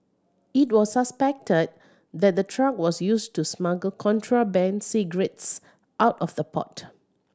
it was suspected that the truck was used to smuggle contraband cigarettes out of the port